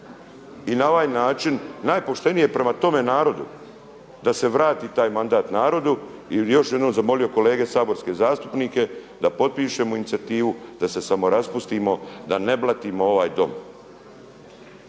i na ovaj način najpoštenije je prema tome narodu da se vrati taj mandat narodu i još bih jednom zamolio kolete saborske zastupnike da potpišemo inicijativu da se samo raspustimo, da ne blatimo ovaj Dom.